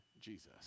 Jesus